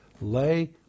lay